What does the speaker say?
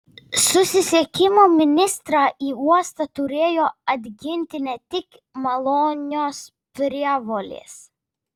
susisiekimo ministrą į uostą turėjo atginti ne tik malonios prievolės